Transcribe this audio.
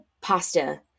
pasta